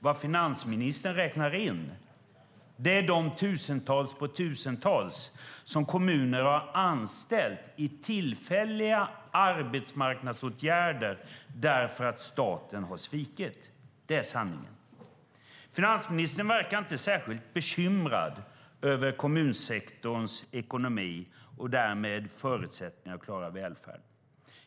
Vad finansministern räknar in är de tusentals och åter tusentals som kommuner har anställt i tillfälliga arbetsmarknadsåtgärder därför att staten har svikit. Det är sanningen. Finansministern verkar inte särskild bekymrad över kommunsektorns ekonomi och därmed förutsättningar att klara välfärden.